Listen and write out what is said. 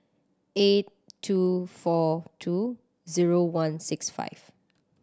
eight two four two zero one six five